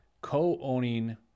co-owning